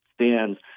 stands